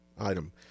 item